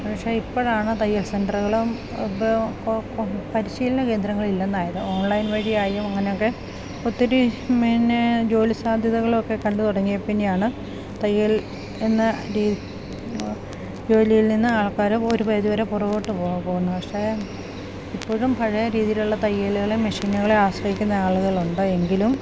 പക്ഷെ ഇപ്പഴാണ് തയ്യൽ സെൻ്ററുകളും പരിശീലന കേന്ദ്രങ്ങൾ ഇല്ലന്നായത് ഓൺലൈൻ വഴിയായും അങ്ങനൊക്കെ ഒത്തിരി മന്നെ ജോലി സാധ്യതകളൊക്കെ കണ്ട് തുടങ്ങിയതിൽ പിന്നെ തയ്യൽ എന്ന രീ ജോലിയിൽ നിന്ന് ആൾക്കാരും ഒരു പരിധിവരെ പുറകോട്ട് പോകുന്നത് പക്ഷേ ഇപ്പോഴും പഴയ രീതിയിലുള്ള തയ്യലുകളും മെഷീനുകളെ ആശ്രയിക്കുന്ന ആളുകളുണ്ട് എങ്കിലും